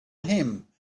him